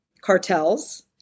cartels